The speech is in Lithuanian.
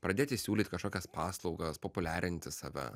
pradėti siūlyt kažkokias paslaugas populiarinti save